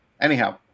Anyhow